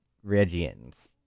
Regions